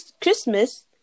Christmas